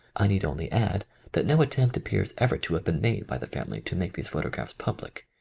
i need only add that no attempt appears ever to have been made by the family to make these photographs public,